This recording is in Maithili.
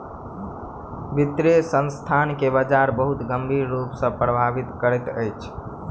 वित्तीय संस्थान के बजार बहुत गंभीर रूप सॅ प्रभावित करैत अछि